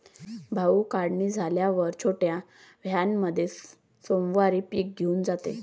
भाऊ, काढणी झाल्यावर छोट्या व्हॅनमध्ये सोमवारी पीक घेऊन जा